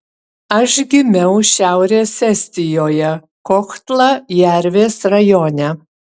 aš gimiau šiaurės estijoje kohtla jervės rajone